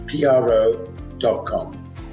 PRO.com